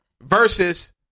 Versus